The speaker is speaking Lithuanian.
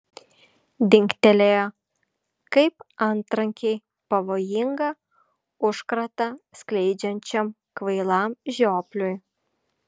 dingtelėjo kaip antrankiai pavojingą užkratą skleidžiančiam kvailam žiopliui